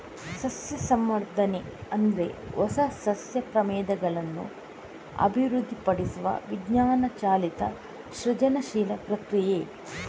ಸಸ್ಯ ಸಂವರ್ಧನೆ ಅಂದ್ರೆ ಹೊಸ ಸಸ್ಯ ಪ್ರಭೇದಗಳನ್ನ ಅಭಿವೃದ್ಧಿಪಡಿಸುವ ವಿಜ್ಞಾನ ಚಾಲಿತ ಸೃಜನಶೀಲ ಪ್ರಕ್ರಿಯೆ